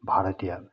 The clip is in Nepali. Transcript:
भारतीय